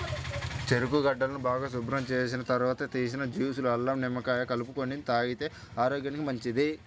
చెరుకు గడలను బాగా శుభ్రం చేసిన తర్వాత తీసిన జ్యూస్ లో అల్లం, నిమ్మకాయ కలుపుకొని తాగితే ఆరోగ్యానికి మంచిది